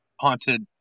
haunted